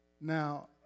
now